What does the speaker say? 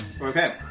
Okay